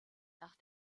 nach